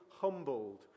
humbled